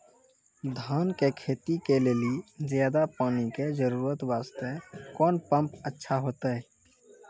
धान के खेती के लेली ज्यादा पानी के जरूरत वास्ते कोंन पम्प अच्छा होइते?